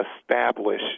establish